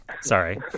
Sorry